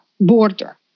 border